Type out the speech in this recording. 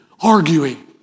arguing